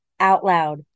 OUTLOUD